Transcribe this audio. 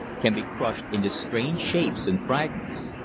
can be crushed into strange shapes and fragments.